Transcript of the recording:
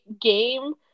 game